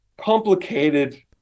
complicated